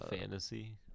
fantasy